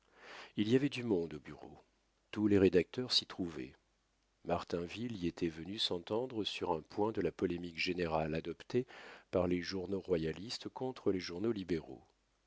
il y avait du monde au bureau tous les rédacteurs s'y trouvaient martinville y était venu s'entendre sur un point de la polémique générale adoptée par les journaux royalistes contre les journaux libéraux